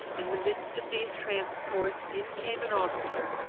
in the midst of these transports in came an officer,